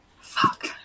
Fuck